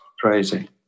crazy